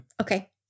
Okay